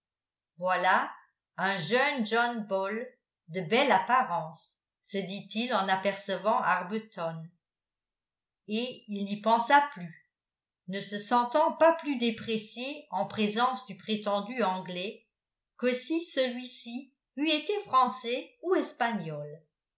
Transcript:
voilà un jeune john bull de belle apparence se dit-il en apercevant arbuton et il n'y pensa plus ne se sentant pas plus déprécié en présence du prétendu anglais que si celui-ci eût été français ou espagnol